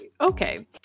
Okay